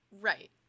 right